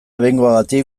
behingoagatik